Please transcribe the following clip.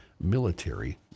military